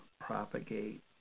propagate